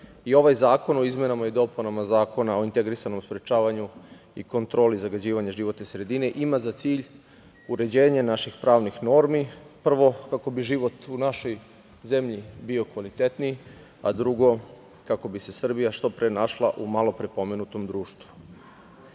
i ovaj zakon o izmenama i dopunama Zakona o integrisanom sprečavanju i kontroli zagađivanja životne sredine, ima za cilj uređenje naših pravnih normi. Prvo, kako bi život u našoj zemlji bio kvalitetniji, a drugo kako bi se Srbija što pre našla u malo pre pomenutom društvu. Iako